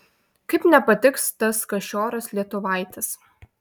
kaip nepatiks tas kašioras lietuvaitis